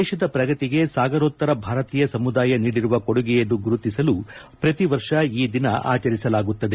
ದೇಶದ ಪ್ರಗತಿಗೆ ಸಾಗರೋತ್ತರ ಭಾರತೀಯ ಸಮುದಾಯ ನೀಡಿರುವ ಕೊಡುಗೆಯನ್ನು ಗುರುತಿಸಲು ಪ್ರತಿವರ್ಷ ಈ ದಿನ ಆಚರಿಸಲಾಗುತ್ತದೆ